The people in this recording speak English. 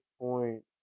point